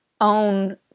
own